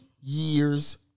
years